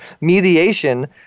mediation